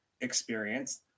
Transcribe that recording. experience